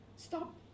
Stop